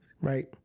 right